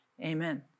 Amen